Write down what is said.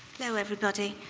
hello, everybody.